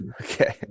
Okay